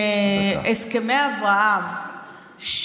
הסכמי אברהם,